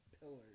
pillars